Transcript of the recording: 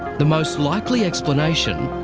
the most likely explanation,